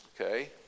Okay